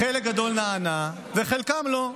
חלק גדול נענה, וחלקם לא.